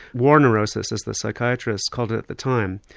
war neurosis as the psychiatrists called it at the time.